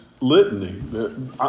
litany